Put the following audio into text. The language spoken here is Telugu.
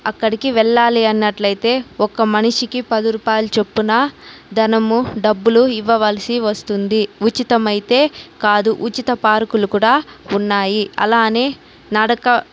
అక్కడికి వెళ్లాలి అన్నట్లయితే ఒక మనిషికి పది రూపాయలు చొప్పున ధనము డబ్బులు ఇవ్వవలసి వస్తుంది ఉచితమైతే కాదు ఉచిత పార్కులు కూడా ఉన్నాయి అలానే నడక